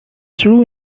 true